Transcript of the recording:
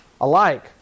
alike